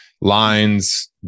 lines